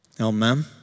Amen